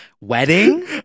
wedding